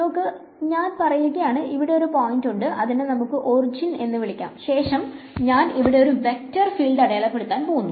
നോക്ക് ഞാൻ പറയുകയാണ് ഇവടെ ഒരു പോയിന്റ് ഉണ്ട് ഇതിനെ നമുക്ക് ഒർജിൻ എന്ന് വിളിക്കാം ശേഷം ഞാൻ ഇവിടെ ഒരു വെക്ടർ ഫീൽഡ് അടയാളപ്പെടുത്താൻ പോവുന്നു